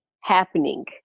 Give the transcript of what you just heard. happening